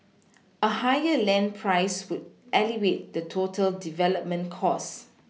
a higher land price would elevate the total development cost